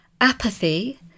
apathy